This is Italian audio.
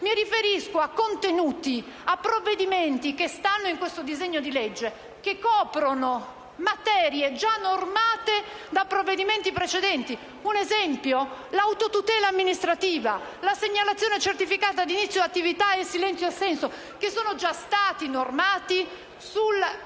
mi riferisco a contenuti e a provvedimenti, all'interno di questo disegno di legge, che coprono materie già normate da provvedimenti precedenti. Un esempio? L'autotutela amministrativa, la segnalazione certificata di inizio attività e il silenzio-assenso, che sono già stati normati con il